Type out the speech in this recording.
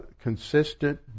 consistent